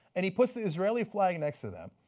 and he puts the israeli flag next to them.